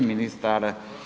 Ministar